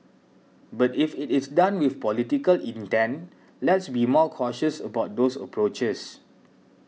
but if it is done with political intent let's be more cautious about those approaches